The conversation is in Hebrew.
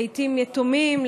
לעיתים יתומים,